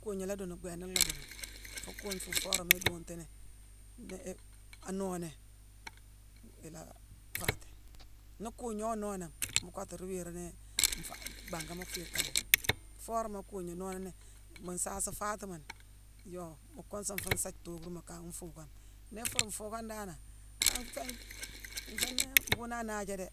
Kuugna laa duunu, bhééna lhaa duunu, fuune kuugne fuune foo worama iduuntuni-ni-é- anooné, ila faati. Nii kuugna woo nooné, mu kottu ruu wii ruune ni-nfaa- bhangama féé kaye. Foo worama kuugna noonani, mu nsaasi faatimoni, yoo mu kuunsune fuune sa thookuurumo kan nfuukane. Nii ifuur nfuukane danane, han nféé- nfééni mbhuughune anaaja dé,